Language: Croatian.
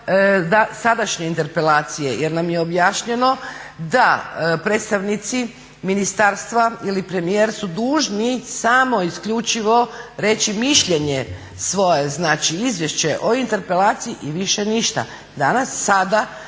sadašnje interpelacije jer nam je objašnjeno da predstavnici ministarstva ili premijer su dužni samo isključivo reći mišljenje svoje znači izvješće o interpelaciji i više ništa. Danas, sada